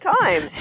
time